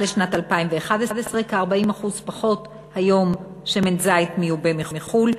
לשנת 2011. היום כ-40% פחות שמן זית מיובא מחו"ל,